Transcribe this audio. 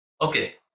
Okay